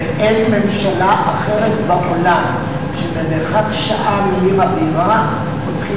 ואין ממשלה אחרת בעולם שבמרחק שעה מעיר הבירה שלה